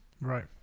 Right